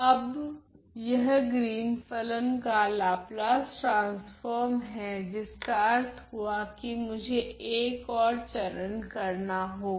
अब यह ग्रीन फलन का लाप्लास ट्रांसफोर्म हैं जिसका अर्थ हुआ कि मुझे एक ओर चरण करना होगा